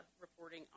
reporting